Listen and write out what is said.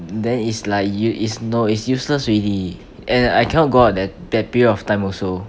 then is like you it's no it's useless already and I cannot go out at that period of time also